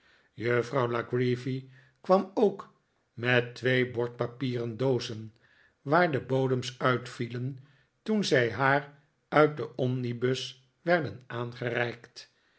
juffrouw la creevy kwam ook met twee bordpapieren doozen waar de bodems uitvielen toen zij haar uit den omnibus werden aangereikt